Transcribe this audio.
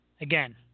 Again